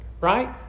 right